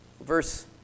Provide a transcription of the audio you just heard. Verse